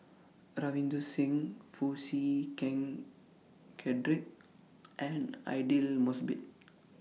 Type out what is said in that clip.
Ravinder Singh Foo Chee Keng Cedric and Aidli Mosbit